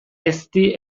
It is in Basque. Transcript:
ezti